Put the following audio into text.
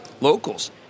locals